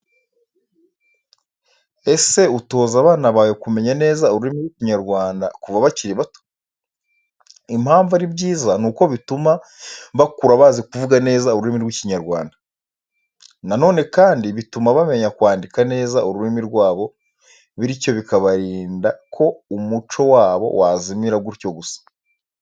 Ese utoza abana bawe kumenya neza ururimi ry'Ikinyarwanda kuva bakiri bato? Impamvu ari byiza nuko bituma bakura bazi kuvuga neza ururimi rw'Ikinyarwanda. Na none kandi bituma bamenya kwandika neza ururimi rwabo, bityo bikabarinda ko umuco wabo wazimira gutyo gusa.